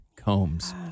combs